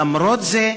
למרות זאת,